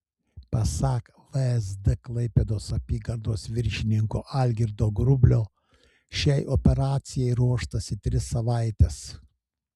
pasak vsd klaipėdos apygardos viršininko algirdo grublio šiai operacijai ruoštasi tris savaites